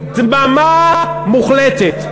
דממה מוחלטת.